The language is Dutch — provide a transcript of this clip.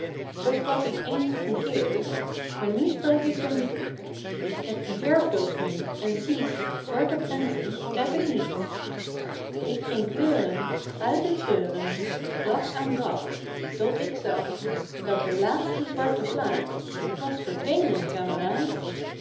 zoo sprak ik eens op een keer maar nu spreek ik zoo niet meer k heb een verfdoos nu en ziet zwarte prenten heb ik niet pieter louwerse alles zingt ik ging kleuren uit den treuren dag aan dag tot ik zag dat de laatste zwarte plaat was verdwenen kameraad